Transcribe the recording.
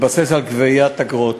מתבסס על גביית אגרות.